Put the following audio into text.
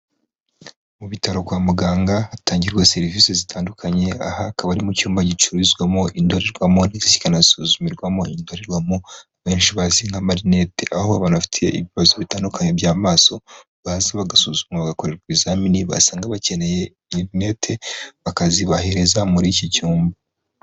Mu bitaro kwa muganga hatangirwawe serivisi zitandukanye, aha hakaba ari mu cyumba gicururizwamo indorerwamo zikanasuzumirwamo indorerwamo benshi bazi nka marinete, aho abafite ibibazo bitandukanye by'amaso basuzumwa bagakorerwa ibizamini basanga bakeneye irinete bakabohereza muri iki cyumba.